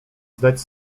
zdać